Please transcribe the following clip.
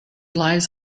lies